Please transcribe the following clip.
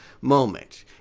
moment